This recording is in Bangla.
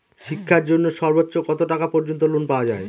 শিক্ষার জন্য সর্বোচ্চ কত টাকা পর্যন্ত লোন পাওয়া য়ায়?